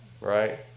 right